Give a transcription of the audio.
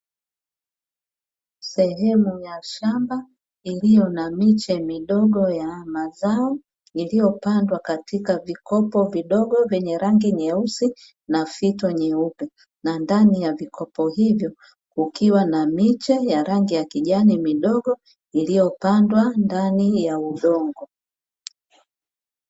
Sehemu ya shamba iliyo na miche midogo ya mazao, iliyopandwa katika vikopo vidogo vyenye rangi nyeusi na fito nyeupe. Na ndani ya vikopo hivyo kukiwa na miche ya rangi ya kijani midogo iliyopandwa ndani ya udongo.